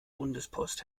bundespost